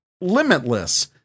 limitless